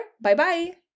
Bye-bye